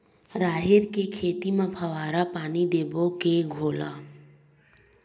राहेर के खेती म फवारा पानी देबो के घोला?